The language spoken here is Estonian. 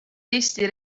eesti